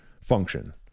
function